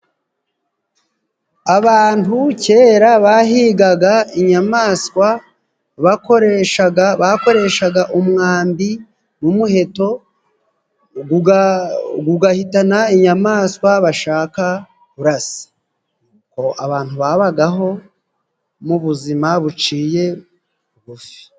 Abantu kera bahigaga inyamaswa bakoreshaga, bakoreshaga umwambi n'umuheto gugahitana inyamaswa bashaka kurasa. Abantu babagaho mu buzima buciye bugufi.